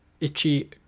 Itchy